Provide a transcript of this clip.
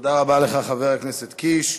תודה רבה לך, חבר הכנסת קיש.